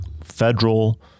federal